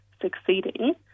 succeeding